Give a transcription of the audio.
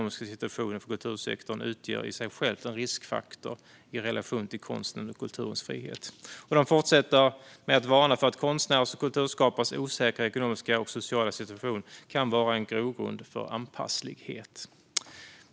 Man fortsätter med att varna för att "konstnärers och kulturskapares osäkra ekonomiska och sociala situation" kan "vara en grogrund för anpasslighet".